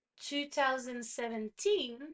2017